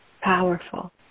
powerful